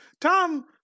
Tom